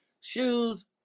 shoes